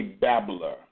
babbler